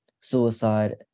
suicide